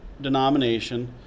denomination